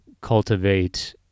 cultivate